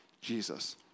Jesus